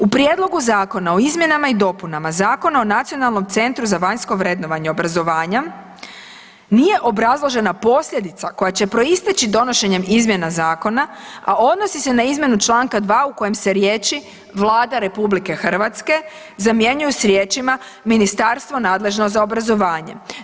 U prijedlogu zakona o izmjenama i dopunama Zakona o Nacionalnom centru za vanjsko vrednovanje i obrazovanje nije obrazložena posljedica koja će proisteći donošenjem izmjena zakona a odnosi se na izmjenu čl. 2. u kojem se riječi „Vlada RH zamjenjuje s riječima ministarstvo nadležno za obrazovanje“